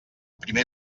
primer